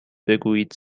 بگویید